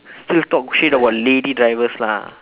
still talk shit about lady drivers lah